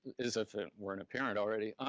as if it weren't apparent already.